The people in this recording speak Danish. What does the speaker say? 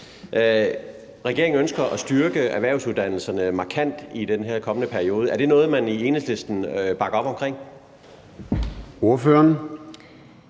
Regeringen ønsker at styrke erhvervsuddannelserne markant i den her kommende periode. Er det noget, man i Enhedslisten bakker op om? Kl.